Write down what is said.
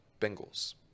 Bengals